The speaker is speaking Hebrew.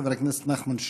חבר הכנסת נחמן שי.